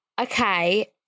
Okay